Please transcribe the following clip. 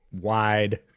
wide